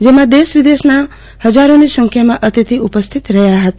જેમાં દેશ વિદેશના હજારોની સંખ્યમાં અતિથિ ઉપસ્થિત રહ્યા હતા